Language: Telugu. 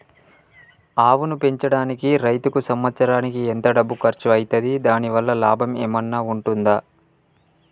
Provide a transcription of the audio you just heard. ఆవును పెంచడానికి రైతుకు సంవత్సరానికి ఎంత డబ్బు ఖర్చు అయితది? దాని వల్ల లాభం ఏమన్నా ఉంటుందా?